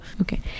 Okay